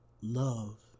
love